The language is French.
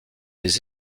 des